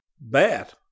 Bat